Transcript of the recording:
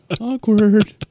Awkward